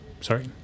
sorry